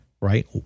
right